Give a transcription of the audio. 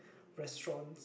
restaurants